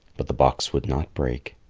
but the box would not break.